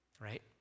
right